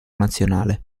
nazionale